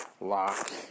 lock